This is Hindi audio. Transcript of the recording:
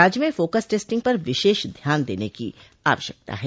राज्य में फोकस टेस्टिंग पर विशेष ध्यान देने की आवश्यकता है